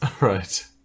Right